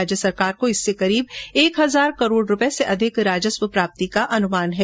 राज्य संरकार को इससे करीब एक हजार करोड़ रूपये से अधिक राजस्व प्राप्ति होने का अनुमान है